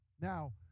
Now